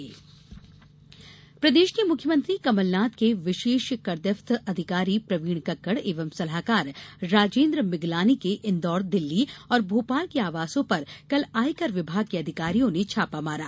कमलनाथ छापा प्रदेश के मुख्यमंत्री कमलनाथ के विशेष कर्तव्यस्थ अधिकारी प्रवीण कक्कड़ एवं सलाहकार राजेन्द्र मिगलानी के इंदौर दिल्ली और भोपाल के आवासों पर कल आयकर विभाग के अधिकारियों ने छापा मारा